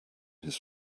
his